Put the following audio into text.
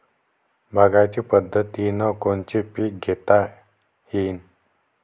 बागायती पद्धतीनं कोनचे पीक घेता येईन?